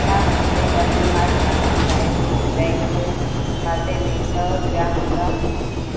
छा मुंहिंजे Tamilnad Mercantile Bank खाते में सौ रुपिया हूंदा